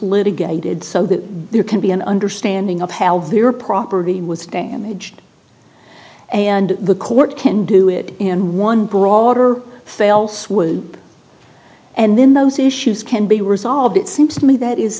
litigated so that there can be an understanding of how their property was damaged and the court can do it in one broader fail swoop and then those issues can be resolved it seems to me that is